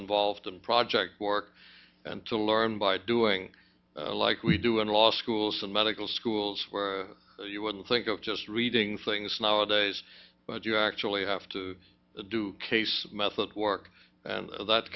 involved in project work and to learn by doing like we do in law schools and medical schools where you wouldn't think of just reading things nowadays but you actually have to do case method work and that